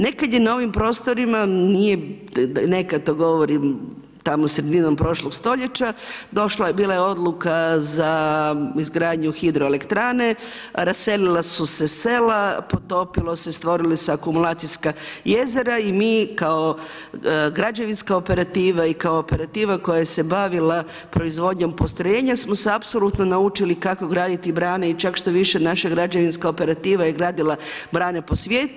Nekad je na ovim prostorima, nekad to govorim tamo sredinom prošlog stoljeća bila je odluka za izgradnju hidroelektrane, raselila su se sela, potopilo se stvorili su se akumulacijska jezera i mi kao građevinska operativa i kao operativa koja se bavila proizvodnjom postrojenja smo se apsolutno naučili kako graditi brane i čak štoviše naša građevinska operativa je gradila brane po svijetu.